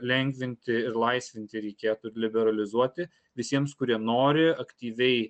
lengvinti ir laisvinti reikėtų ir liberalizuoti visiems kurie nori aktyviai